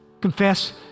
confess